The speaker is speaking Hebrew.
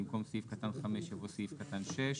במקום "סעיף קטן (5)" יבוא "סעיף קטן (6)".